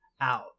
out